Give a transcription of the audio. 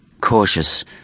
Cautious